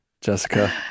Jessica